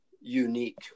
unique